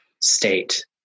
state